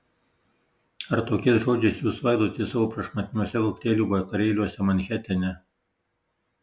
ar tokiais žodžiais jūs svaidotės savo prašmatniuose kokteilių vakarėliuose manhetene